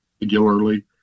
regularly